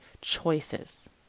choices